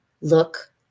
look